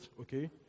okay